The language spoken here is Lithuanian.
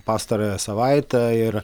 pastarąją savaitę ir